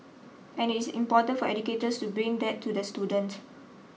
and it is important for educators to bring that to the student